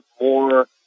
more